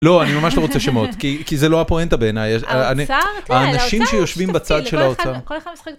לא אני ממש לא רוצה שמות כי זה לא הפואנטה בעיניי, האנשים שיושבים בצד של האוצר.